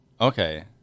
Okay